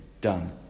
done